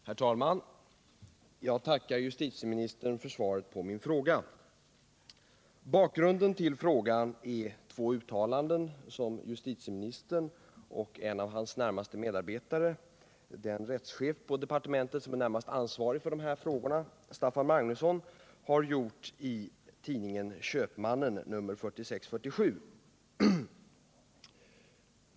Herr talman! Jag tackar justitieministern för svaret på min fråga. Bakgrunden till frågan är två uttalanden som justitieministern och en av hans närmaste medarbetare, den rättschef i departementet som är närmast ansvarig för de här frågorna, Staffan Magnusson, har gjort i tidningen Köpmannen nr 46/47.